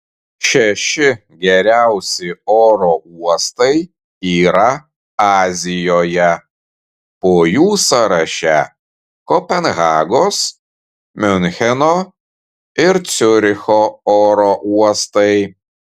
šeši geriausi oro uostai yra azijoje po jų sąraše kopenhagos miuncheno ir ciuricho oro uostai